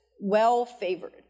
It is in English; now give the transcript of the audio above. well-favored